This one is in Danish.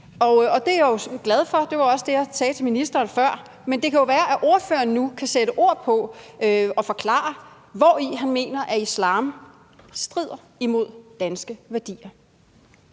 det er jeg jo glad for. Det var også det, jeg sagde til ministeren før, men det kan jo være, at ordføreren nu kan sætte ord på og forklare, hvori han mener at islam strider imod danske værdier.